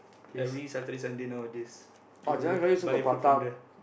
every Saturday Sunday nowadays to buy food from there